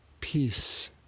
peace